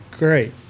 Great